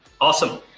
Awesome